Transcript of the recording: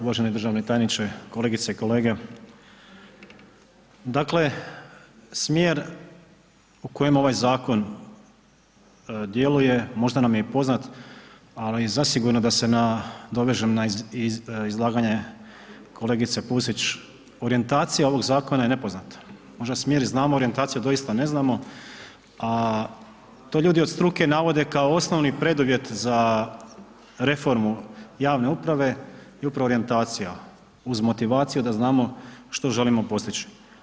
Uvaženi državni tajniče kolegice i kolege, dakle smjer u kojem ovaj zakon djeluje možda nam je i poznat, ali zasigurno da se nadovežem na izlaganje kolegice Pusić, orijentacija ovog zakona je nepoznata, možda smjer i znamo orijentaciju doista ne znamo, a to ljudi od struke navode kao osnovni preduvjet za reformu javne uprave je upravo orijentacija, uz motivaciju da znamo što želimo postići.